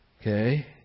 Okay